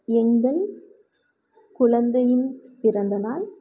எங்கள் குழந்தையின் பிறந்த நாள்